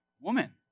woman